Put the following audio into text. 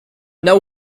now